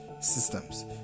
systems